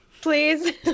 please